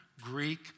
Greek